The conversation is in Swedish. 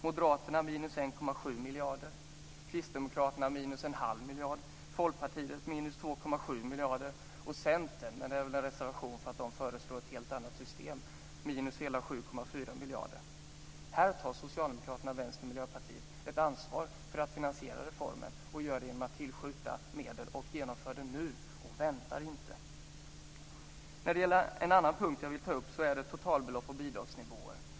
Moderaterna föreslår minus 1,7 miljarder, Kristdemokraterna minus 1⁄2 miljard, Folkpartiet minus 2,7 miljarder och Centern, med reservation för att man föreslår ett helt annat system, hela minus 7,4 Här tar Socialdemokraterna, Vänstern och Miljöpartiet ett ansvar för att finansiera reformen.